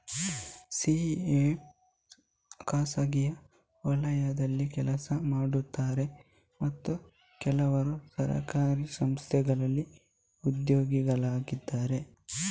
CA ಖಾಸಗಿ ವಲಯದಲ್ಲಿ ಕೆಲಸ ಮಾಡುತ್ತಾರೆ ಮತ್ತು ಕೆಲವರು ಸರ್ಕಾರಿ ಸಂಸ್ಥೆಗಳಿಂದ ಉದ್ಯೋಗಿಗಳಾಗಿದ್ದಾರೆ